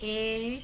A